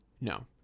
No